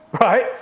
right